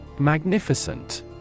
Magnificent